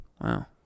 Wow